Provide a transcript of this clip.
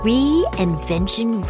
Reinvention